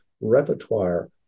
repertoire